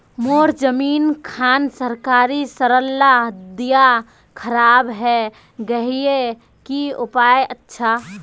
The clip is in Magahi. मोर जमीन खान सरकारी सरला दीया खराब है गहिये की उपाय अच्छा?